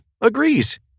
agrees